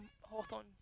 Hawthorne